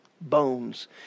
bones